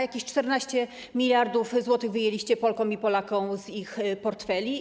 Jakieś 14 mld zł wyjęliście Polkom i Polakom z ich portfeli.